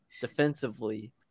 defensively